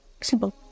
Simple